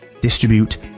distribute